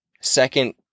Second